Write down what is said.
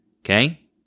Okay